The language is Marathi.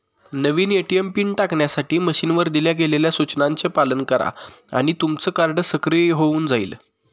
नवीन ए.टी.एम पिन टाकण्यासाठी मशीनवर दिल्या गेलेल्या सूचनांचे पालन करा आणि तुमचं कार्ड सक्रिय होऊन जाईल